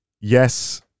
Yes